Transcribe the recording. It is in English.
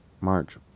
March